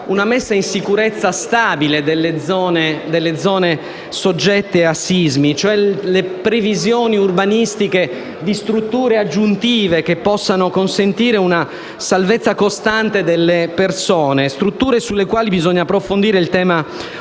la messa in sicurezza stabile delle zone soggette a sismi e cioè le previsioni urbanistiche di strutture aggiuntive che possano consentire una salvezza costante delle persone: strutture sulle quali bisogna approfondire il tema urbanistico.